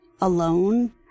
alone